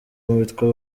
witwa